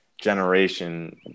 generation